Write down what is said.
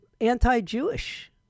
anti-Jewish